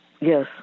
Yes